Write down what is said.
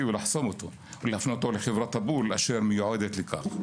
ולחסום אותו ולהפנותו לחברת הפול אשר מיועדת לכך.